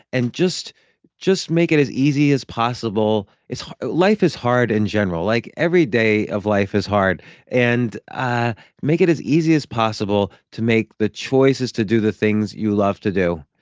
and just just make it as easy as possible. life is hard in general like every day of life is hard and ah make it as easy as possible to make the choices to do the things you love to do.